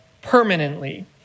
permanently